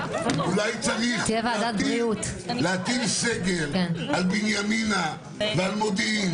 ואולי צריך להטיל סגר על בנימינה ועל מודיעין,